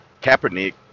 Kaepernick